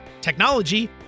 technology